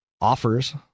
offers